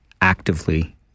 actively